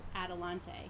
Adelante